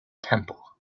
temple